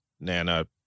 Nana